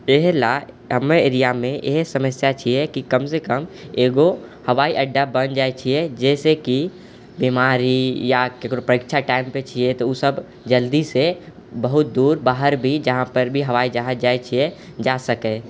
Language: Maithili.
एहि लए हमर एरियामे एहि समस्या छिए कि कम सँ कम एकगो हवाई अड्डा बनि जाइ छियै जाहिसँ कि बीमारी यऽ ककरो परीक्षाके टाइम छियै तऽ ओ सब जल्दीसँ बहुत दूर बाहर भी जहाँपर भी हवाई जहाज जाइ छियै जा सकै है